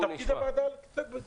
תפקיד הוועדה להתעסק בזה.